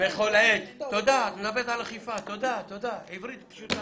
את מדברת על אכיפה, עברית פשוטה.